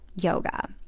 yoga